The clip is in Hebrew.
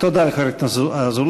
תודה לחבר הכנסת אזולאי.